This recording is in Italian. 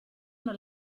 non